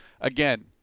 again